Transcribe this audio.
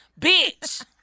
Bitch